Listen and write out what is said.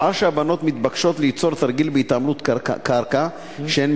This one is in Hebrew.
שעה שהבנות מתבקשות ליצור תרגיל בהתעמלות קרקע שהן